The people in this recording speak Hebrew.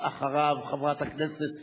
חברת הכנסת וילף,